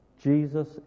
Jesus